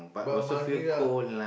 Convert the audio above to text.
but money ah